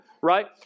right